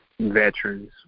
veterans